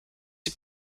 sie